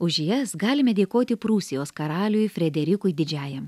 už jas galime dėkoti prūsijos karaliui frederikui didžiajam